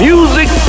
Music